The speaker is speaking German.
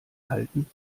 halten